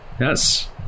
Yes